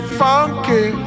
funky